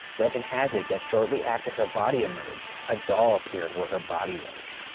legend has it that shortly after her body emerged, a doll appeared where her body was.